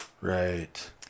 Right